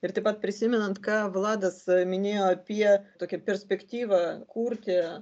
ir taip pat prisimenant ką vladas minėjo apie tokią perspektyvą kurti